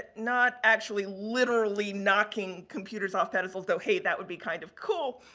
not actually literally knocking computers off pedestals, though, hey that would be kind of cool.